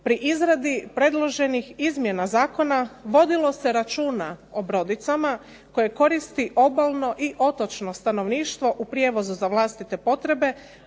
Pri izradi predloženih izmjena zakona vodilo se računa o brodicama koje koristi obalno i otočno stanovništvo u prijevozu za vlastite potrebe,